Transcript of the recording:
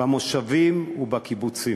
במושבים ובקיבוצים.